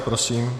Prosím.